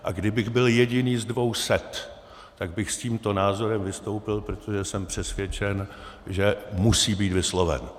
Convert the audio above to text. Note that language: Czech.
A kdybych byl jediný z dvou set, tak bych s tímto názorem vystoupil, protože jsem přesvědčen, že musí být vysloven.